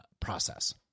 process